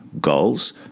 goals